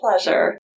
pleasure